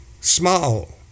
small